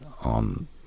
on